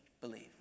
believe